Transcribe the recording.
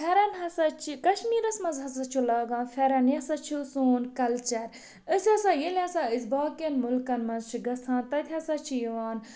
پھیٚرَن ہسا چھِ کَشمیٖرَس منٛز ہسا چھُ لاگان پھٮرَن یہِ ہسا چھُ سون کَلچر أسۍ ہسا ییٚلہِ ہسا أسۍ باقیَن مُلکَن منٛز چھِ گژھان تَتہِ ہسا چھِ یِوان